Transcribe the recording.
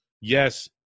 yes